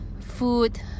food